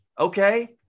Okay